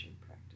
practice